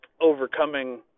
overcoming